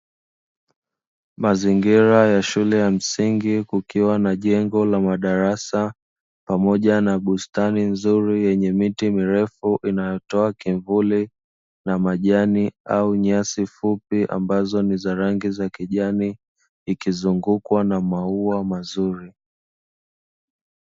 Mzingira ya shule ya msingi kukiwa na jengo la madarasa, pamoja na bustani nzuri yenye miti milefu inayotoa kimvuli, na majani au nyasi fupi ambazo ni za rangi ya kijani, ikizungukwa na maua mazuri.